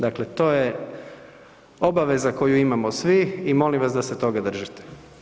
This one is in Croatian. Dakle, to je obaveza koju imamo svi i molim vas da se toga držite.